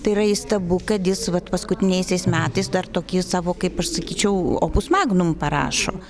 tai yra įstabu kad jis vat paskutiniaisiais metais dar tokį savo kaip aš sakyčiau opus magnum parašo